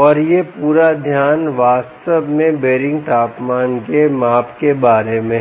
और यह पूरा ध्यान वास्तव में बीयरिंग तापमान के माप के बारे में है